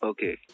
Okay